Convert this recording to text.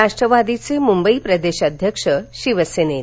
राष्ट्रवादीचे मुंबई प्रदेश अध्यक्ष शिवसेनेत